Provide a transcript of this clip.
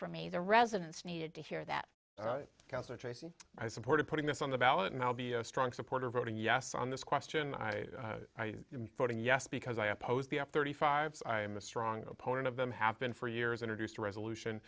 for me the residents needed to hear that counselor tracy i supported putting this on the ballot and i'll be a strong supporter of voting yes on this question i voted yes because i opposed the f thirty five i am a strong opponent of them have been for years introduced a resolution